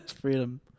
Freedom